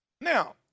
Now